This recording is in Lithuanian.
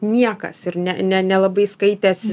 niekas ir ne ne nelabai skaitės